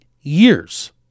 years